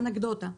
אנקדוטה.